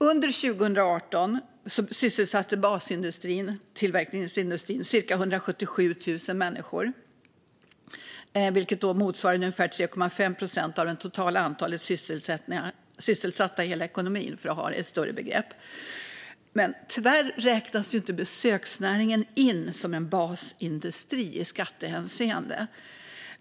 Under 2018 sysselsatte basindustrin, det vill säga tillverkningsindustrin, cirka 177 000 människor, vilket motsvarar ungefär 3,5 procent av det totala antalet sysselsatta i hela ekonomin, för att se det i ett större sammanhang. Tyvärr räknas inte besöksnäringen som en basindustri i skattehänseende.